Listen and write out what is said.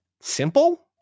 simple